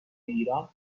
ایران